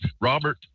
Robert